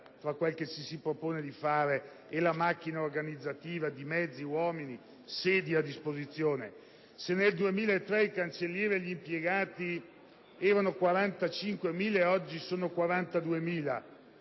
con quello che ci si propone di fare e con la macchina organizzativa, in termini di mezzi, uomini e sedi a disposizione. Se nel 2003 i cancellieri e gli impiegati erano 45.000 e oggi sono 42.000,